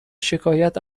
شکایت